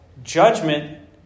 Judgment